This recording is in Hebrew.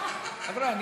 חבר'ה,